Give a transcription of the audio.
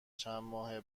چندماه